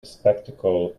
bespectacled